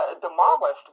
demolished